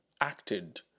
acted